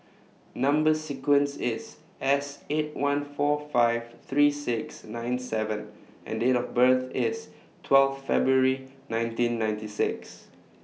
Number sequence IS S eight one four five three six nine seven and Date of birth IS twelve February nineteen ninety six